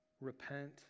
repent